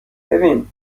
ببین